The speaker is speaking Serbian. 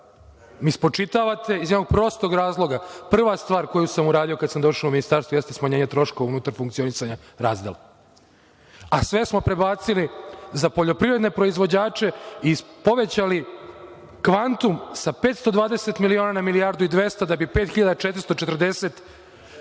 mi spočitavate, iz jednog prostog razloga. Prva stvar koju sam uradio kada sam došao u Ministarstvo jeste smanjenje troškova unutar funkcionisanja razdela, a sve smo prebacili za poljoprivredne proizvođače i povećali kvantum sa 520 miliona na milijardu i 200 da bi 5.440,